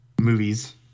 movies